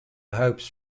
hopes